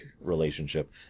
relationship